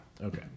Okay